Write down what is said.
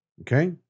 Okay